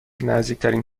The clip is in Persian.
نزدیکترین